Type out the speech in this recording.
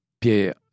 Pierre